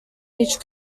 each